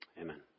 amen